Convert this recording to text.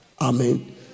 amen